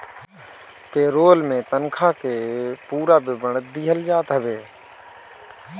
पे role में तनखा के पूरा विवरण दिहल जात हवे